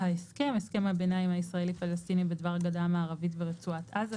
""ההסכם" הסכם הביניים הישראלי-פלסטיני בדבר הגדה המערבית ורצועת עזה,